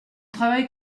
travail